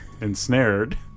ensnared